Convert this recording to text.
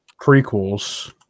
prequels